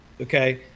okay